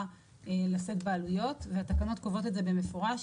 לשאת בעלויות והתקנות קובעות את זה במפורש,